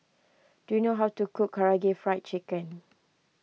do you know how to cook Karaage Fried Chicken